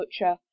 butcher